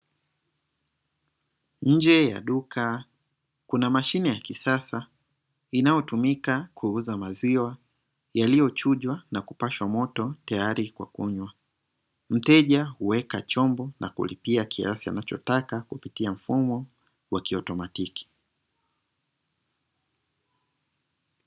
Nje ya duka kuna mashine ya kisasa inayotumika kuuza maziwa yaliyochujwa na kupashwa moto tayari kwa kunywa, mteja huwa chombo na kulipia kiasi anachotaka kupitia mfumo wa kiotomatiki.